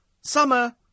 Summer